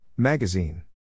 Magazine